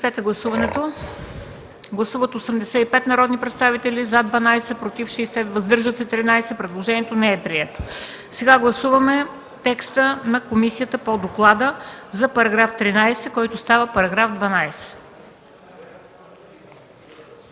Предложението не е прието.